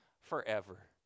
forever